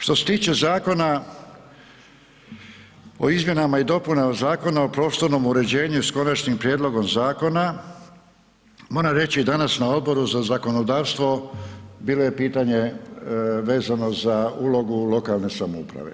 Što se tiče Zakona o izmjenama i dopunama Zakona o prostornom uređenju s Konačnim prijedlogom zakona, moram reći danas na Odboru za zakonodavstvo bilo je pitanje vezano za ulogu lokalne samouprave.